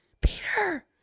Peter